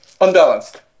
unbalanced